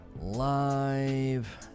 Live